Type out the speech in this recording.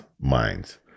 Minds